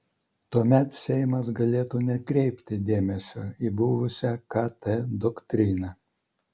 tuomet seimas galėtų nekreipti dėmesio į buvusią kt doktriną